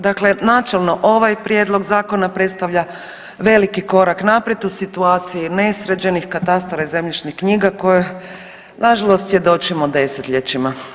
Dakle, načelno ovaj prijedlog zakona predstavlja veliki korak naprijed u situaciji nesređenih katastara i zemljišnih knjiga koje nažalost svjedočimo 10-ljećima.